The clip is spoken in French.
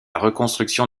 reconstruction